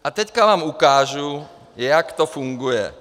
A teď vám ukážu, jak to funguje.